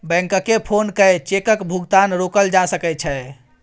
बैंककेँ फोन कए चेकक भुगतान रोकल जा सकै छै